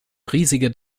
riesige